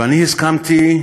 ואני הסכמתי,